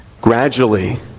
Gradually